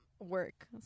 work